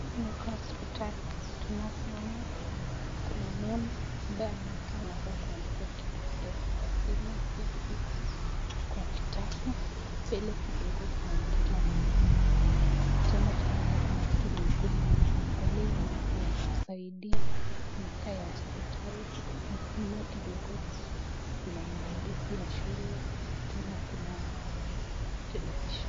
Hii inakaa hospitali, tunavyoona kuna mama ambaye amekaa anakaa kuandika kitu kutoka kwa simu akiandika kwa kitabu. Mbele kidogo kuna mtoto amesimama. Tena tunaona kuna kitu nyekundu imefunguliwa inakaa ya kusaidia, inakaa ya hospitali. Nyuma kidogo kuna maandishi ya shule, tena kuna televisheni.